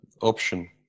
option